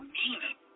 meaning